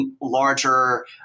larger